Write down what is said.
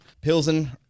Pilsen